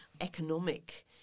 economic